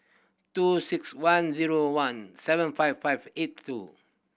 two six one zero one seven five five eight two